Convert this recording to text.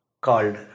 called